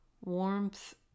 warmth